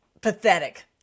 pathetic